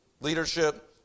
leadership